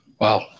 Wow